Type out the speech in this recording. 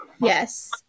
Yes